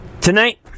tonight